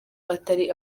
atari